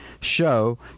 show